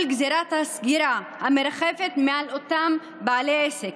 גזרת הסגירה המרחפת מעל אותם בעלי העסק.